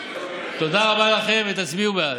תודה רבה לכם, ותצביעו בעד.